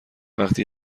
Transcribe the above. وقتی